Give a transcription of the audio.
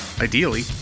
Ideally